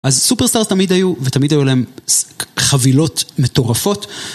אז סופרסטארס תמיד היו ותמיד היו להם חבילות מטורפות